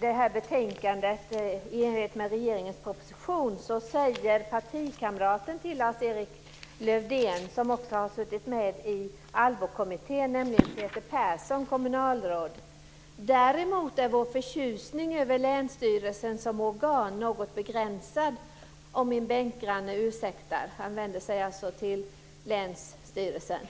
det här betänkandet och i enlighet med regeringens proposition säger partikamraten till Lars-Erik Lövdén som också har suttit med i Allbokommittén, nämligen Peter Persson, kommunalråd: Däremot är vår förtjusning över länsstyrelsen som organ något begränsad, om min bänkgranne ursäktar. - Han vänder sig alltså till länsstyrelsen.